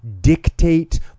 dictate